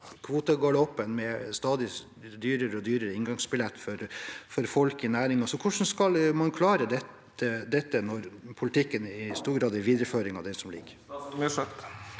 kvotegaloppen med stadig dyrere inngangsbillett for folk i næringen. Hvordan skal man klare dette når politikken i stor grad er en videreføring av den som ligger